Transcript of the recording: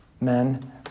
men